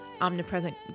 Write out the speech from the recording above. omnipresent